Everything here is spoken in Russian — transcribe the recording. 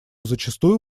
зачастую